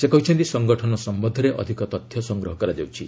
ସେ କହିଛନ୍ତି ସଂଗଠନ ସମ୍ଭନ୍ଧରେ ଅଧିକ ତଥ୍ୟ ସଂଗ୍ରହ କରାଯାଉଛି